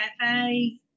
Cafe